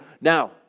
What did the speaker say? Now